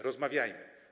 Rozmawiajmy.